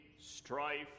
strife